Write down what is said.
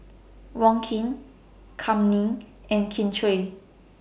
Wong Keen Kam Ning and Kin Chui